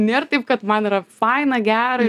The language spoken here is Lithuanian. nėr taip kad man yra faina gera ir